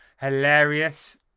hilarious